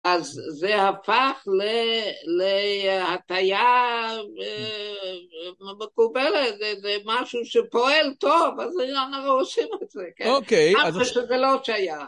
אז זה הפך להטיה מקובלת, זה משהו שפועל טוב, אז אנחנו עושים את זה, כן? אוקיי. אף פעם שזה לא שייך.